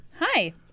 Hi